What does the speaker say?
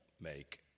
make